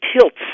tilts